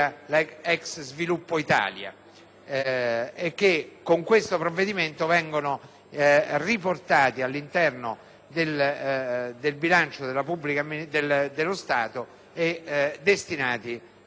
e che con questo provvedimento vengono riportati all'interno del bilancio dello Stato e destinati ai suddetti fini.